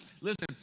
Listen